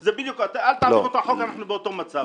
אל תהפוך את החוק, אנחנו באותו מצב.